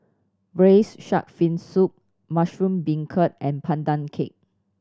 Braised Shark Fin Soup mushroom beancurd and Pandan Cake